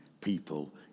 people